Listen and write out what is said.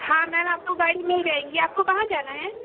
हाँ मैम आपको गाड़ी मिल जायेंगी आपको कहा जाना है